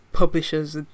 Publishers